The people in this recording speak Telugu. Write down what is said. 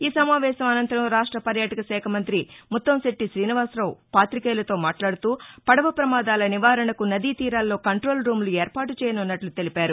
ఈ సమావేశం అసంతరం రాష్ట్ర పర్యాటక శాఖ మంత్రి ముత్తంశెట్టి శ్రీనివాసరావు పాతికేయులతో మాట్లాడుతూ పదవ ప్రమాదాల నివారణకు నదీ తీరాల్లో కంటోల్ రూమ్లు ఏర్పాటు చేయనున్నట్లు తెలిపారు